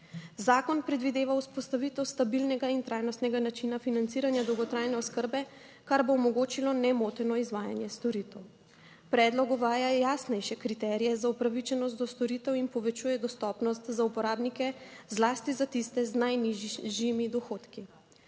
Zakon predvideva vzpostavitev stabilnega in trajnostnega načina financiranja dolgotrajne oskrbe. Kar bo omogočilo nemoteno izvajanje storitev. Predlog uvaja jasnejše kriterije za upravičenost do storitev in povečuje dostopnost za uporabnike, zlasti za tiste z najnižjimi dohodki.